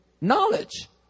knowledge